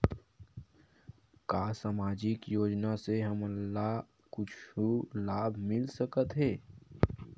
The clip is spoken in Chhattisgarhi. का सामाजिक योजना से हमन ला कुछु लाभ मिल सकत हे?